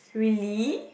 really